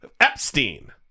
Epstein